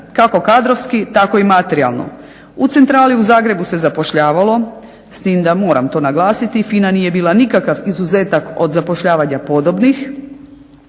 kako kadrovski tako i materijalno. U centrali u Zagrebu se zapošljavalo s tim da moram to naglasiti FINA nije bila nikakav izuzetak od zapošljavanja podobnih,